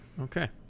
okay